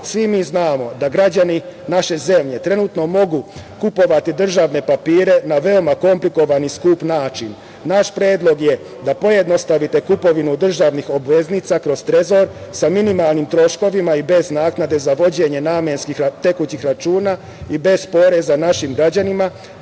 Svi mi znamo da građani naše zemlje trenutno mogu kupovati državne papire na veoma komplikovan i skup način. Naš predlog je da pojednostavite kupovinu državnih obveznica kroz Trezor sa minimalni troškovima i bez naknade za vođenje namenskih tekućih računa i bez poreza našim građanima